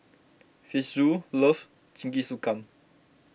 Fitzhugh loves Jingisukan